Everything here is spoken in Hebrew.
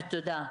תודה.